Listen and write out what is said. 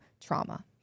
trauma